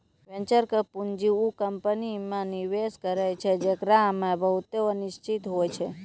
venture पूंजी उ company मे निवेश करै छै जेकरा मे बहुते अनिश्चिता होय छै